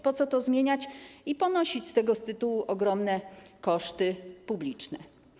Po co to zmieniać i ponosić z tego tytułu ogromne koszty publiczne?